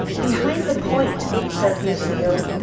behind the point, said lucile.